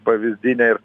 pavyzdinė ir